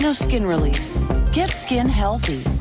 so skin really get skin healthy.